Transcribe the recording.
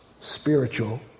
spiritual